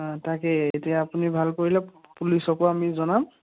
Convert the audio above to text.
অঁ তাকে এতিয়া আপুনি ভাল কৰিলে পুলিচকো আমি জনাম